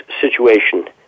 situation